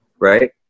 right